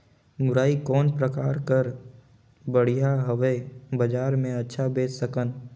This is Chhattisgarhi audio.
मुरई कौन प्रकार कर बढ़िया हवय? बजार मे अच्छा बेच सकन